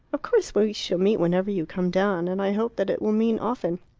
of course we shall meet whenever you come down and i hope that it will mean often.